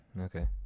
Okay